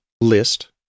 list